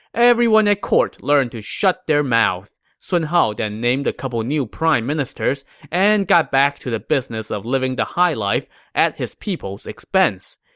everyone at court learned to shut their mouth. sun hao then named a couple new prime ministers and got back to the business of living the high life at his people's expense.